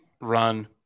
run